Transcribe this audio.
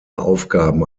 aufgaben